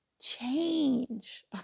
change